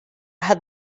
had